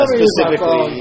specifically